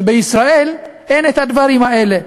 שבישראל אין את הדברים האלה.